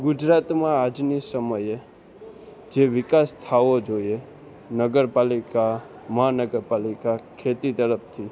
ગુજરાતમાં આજની સમયે જે વિકાસ થવો જોઈએ નગરપાલિકા મહાનગરપાલિકા ખેતી તરફથી